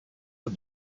for